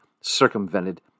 circumvented